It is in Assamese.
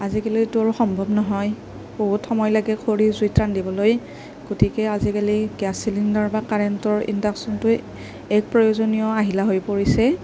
আজিকালিতো আৰু সম্ভৱ নহয় বহুত সময় লাগে খৰি জুইত ৰান্ধিবলৈ গতিকে আজিকালি গেছ চিলিণ্ডাৰ বা কাৰেণ্টৰ ইনডাকশ্বনটোৱেই এক প্ৰয়োজনীয় আহিলা হৈ পৰিছে